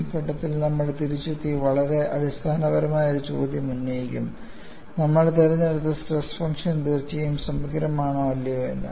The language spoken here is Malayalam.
ആ ഘട്ടത്തിൽ നമ്മൾ തിരിച്ചെത്തി വളരെ അടിസ്ഥാനപരമായ ഒരു ചോദ്യം ഉന്നയിക്കും നമ്മൾ തിരഞ്ഞെടുത്ത സ്ട്രെസ് ഫംഗ്ഷൻ തീർച്ചയായും സമഗ്രമാണോ അല്ലയോ എന്ന്